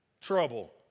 trouble